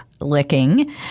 licking